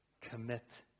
commit